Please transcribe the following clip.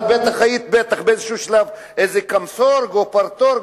אבל בטח היית באיזה שלב איזה "קמסורג" או "פרטורג",